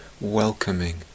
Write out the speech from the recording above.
welcoming